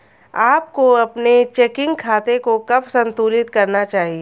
आपको अपने चेकिंग खाते को कब संतुलित करना चाहिए?